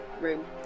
room